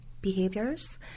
behaviors